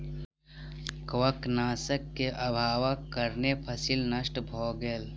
कवकनाशक के अभावक कारणें फसील नष्ट भअ गेल